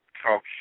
talk